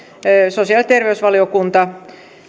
sosiaali ja terveysvaliokunta